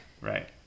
Right